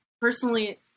personally